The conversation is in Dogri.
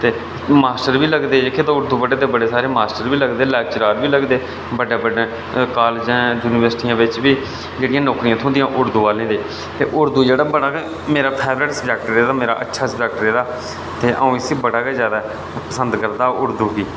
ते माश्टर बी लगदे जेह्के तां ब उर्दू पढ़े दे बड़े सारे माश्टर बी लगदे लैक्चरर बी लगदे बड्डें बड्डें कालजें युनिवर्सिटियें बिच बी जेह्ड़ियां नौकरियां थ्होंदियां उर्दू आह्लें दे ते उर्दू जेह्ड़ा बड़ा गै मेरा फेवरेट सबजैक्ट रेह्दा मेरा अच्छा सबजैक्ट रेह्दा ते अ'ऊं इसी बड़ा गै जैदा पसंद करदा उर्दू गी